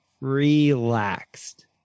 relaxed